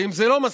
ואם זה לא מספיק,